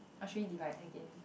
or should we divide again